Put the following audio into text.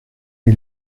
est